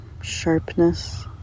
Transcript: sharpness